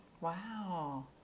Wow